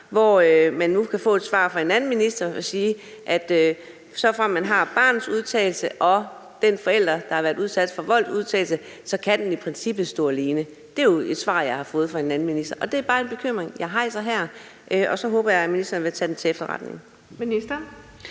hvor man nu kan få et svar fra en anden minister, der siger, at såfremt man har barnets udtalelse og den forælder, der har været udsat for volds, udtalelse, kan den i princippet stå alene. Det er jo et svar, jeg har fået fra en anden minister, og det er bare en bekymring, jeg rejser her, og så håber jeg, at ministeren vil tage den til efterretning. Kl.